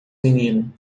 menino